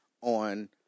on